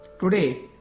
Today